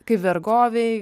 kaip vergovėj